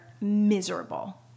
miserable